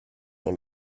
dans